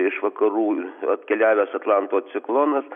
iš vakarų atkeliavęs atlanto ciklonas